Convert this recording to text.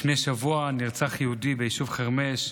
לפני שבוע נרצח יהודי ביישוב חרמש.